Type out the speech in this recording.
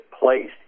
placed